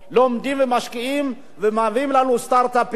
לומדים ומשקיעים ומביאים לנו סטארט-אפים.